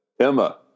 Emma